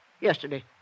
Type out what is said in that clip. yesterday